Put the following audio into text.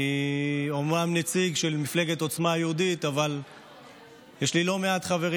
אני אומנם נציג של מפלגת עוצמה יהודית אבל יש לי לא מעט חברים